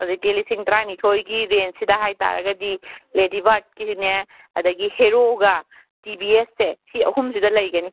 ꯍꯧꯖꯤꯛꯇꯤ ꯂꯤꯁꯤꯡ ꯇꯔꯥꯅꯤꯊꯣꯏꯒꯤ ꯔꯦꯟꯁꯁꯤꯗ ꯍꯥꯏꯇꯥꯔꯒꯗꯤ ꯂꯦꯗꯤ ꯕꯥꯔꯠꯀꯤꯁꯤꯅꯦ ꯑꯗꯒꯤ ꯍꯦꯔꯣꯒ ꯇꯤ ꯕꯤ ꯑꯦꯁꯁꯦ ꯁꯤ ꯑꯍꯨꯝꯁꯤꯗ ꯂꯩꯒꯅꯤ